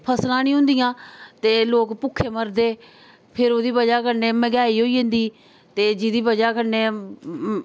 फसलां नी होंदियां ते लोग भुक्खे मरदे फिर ओह्दी वजह कन्नै महंगेयाई होई जंदी ते जेदी वजह कन्नै